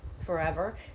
forever